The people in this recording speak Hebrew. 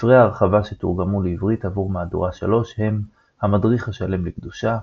ספרי ההרחבה שתורגמו לעברית עבור מהדורה 3 הם "המדריך השלם לקדושה",